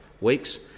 weeks